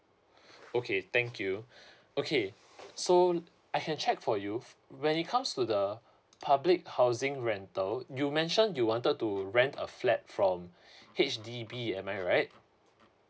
okay thank you okay so I can check for you when it comes to the public housing rental you mention you wanted to rent a flat from H_D_B am I right